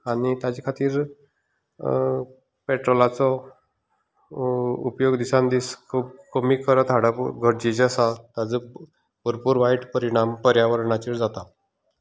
आनी ताचे खातीर पेट्रोलाचो उपयोग दिसान दीस खूब कमी करत हाडप गरजेचें आसा हेजो भरपूर वायट परिणाम पर्यावरणाचेर जाता